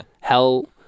hell